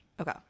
Okay